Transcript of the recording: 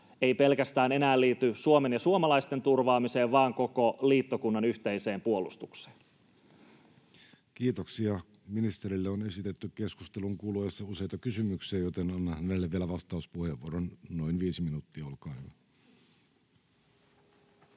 pelkästään Suomen ja suomalaisten turvaamiseen vaan koko liittokunnan yhteiseen puolustukseen. Kiitoksia. — Ministerille on esitetty keskustelun kuluessa useita kysymyksiä, joten annan hänelle vielä vastauspuheenvuoron, noin viisi minuuttia.